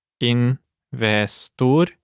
investor